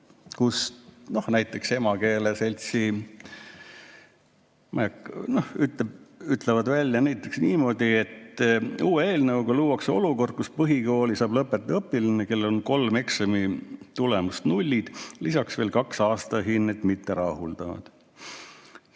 Näiteks emakeele[õpetajate] selts ütleb niimoodi, et uue eelnõuga luuakse olukord, kus põhikooli saab lõpetada õpilane, kellel on kolm eksamitulemust nullid, lisaks veel kaks aastahinnet mitterahuldavad.